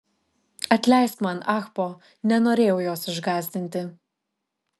atleisk man ahpo nenorėjau jos išgąsdinti